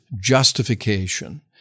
justification